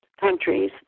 countries